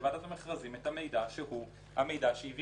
לוועדת המכרזים את המידע שהיא ביקשה.